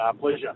Pleasure